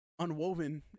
unwoven